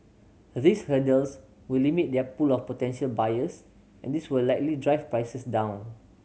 these hurdles will limit their pool of potential buyers and this will likely drive prices down